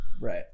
Right